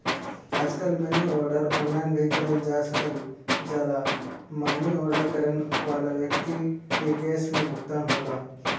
आजकल money order online भी करल जा सकल जाला मनी आर्डर करे वाले व्यक्ति के कैश में भुगतान होला